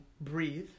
breathe